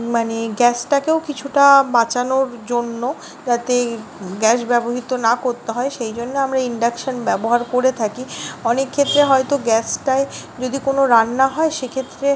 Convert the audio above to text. মানে গ্যাসটাকেও কিছুটা বাঁচানোর জন্য যাতে গ্যাস ব্যবহৃত না করতে হয় সেই জন্যে আমরা ইন্ডাকশান ব্যবহার করে থাকি অনেক ক্ষেত্রে হয়তো গ্যাসটায় যদি কোনো রান্না হয় সে ক্ষেত্রে